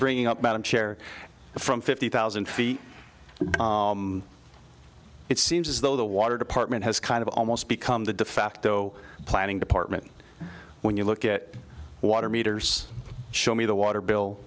bringing up about a chair from fifty thousand feet it seems as though the water department has kind of almost become the de facto planning department when you look at water meters show me the water bill